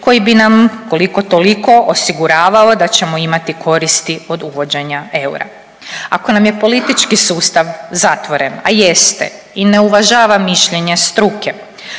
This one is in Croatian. koji bi nam koliko-toliko osiguravao da ćemo imati koristi od uvođenja eura. Ako nam je politički sustav zatvoren, a jeste i ne uvažava mišljenje struke,